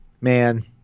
man